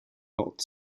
not